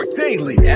daily